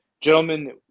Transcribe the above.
gentlemen